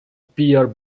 pear